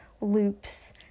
loops